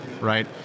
right